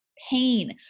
pain,